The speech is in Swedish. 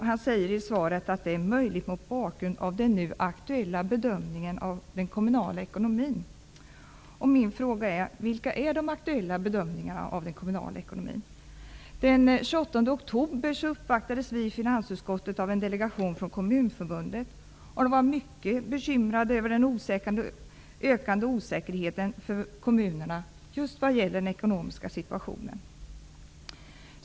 Han säger i svaret att det är möjligt mot bakgrund av den nu aktuella bedömningen av den kommunala ekonomin. Min fråga är: Vilken är den aktuella bedömningen av den kommunala ekonomin? Den 28 oktober uppvaktades vi i finansutskottet av en delegation från Kommunförbundet. De var mycket bekymrade över den ökande osäkerheten för kommunerna just vad gäller den ekonomiska situationen.